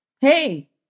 Hey